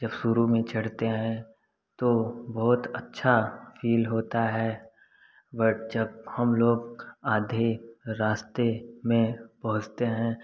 जब शुरू में चढ़ते हैं तो बहुत अच्छा फिल होता है बट जब हम लोग आधे रास्ते में पहुँचते हैं